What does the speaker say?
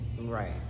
Right